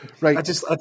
Right